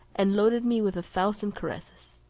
and loaded me with a thousand caresses.